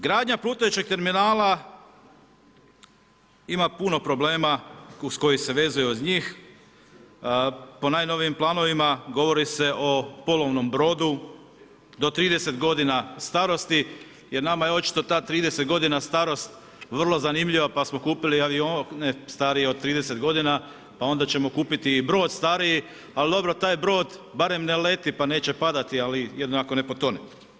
Gradanja plutajućeg terminala, ima puno problema uz kojih se vezuju uz njih, po najnovijim plinovima, govori se o polovnom brodu, do 30 g. starosti, jer nama je očito ta 30 g. starost, vrlo zanimljiva, pa smo kupili avione starije od 30 g. pa onda ćemo kupiti i brod stariji, ali dobro, taj brod barem ne leti, pa neće padati, a jedino ako ne potone.